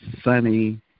sunny